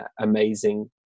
amazing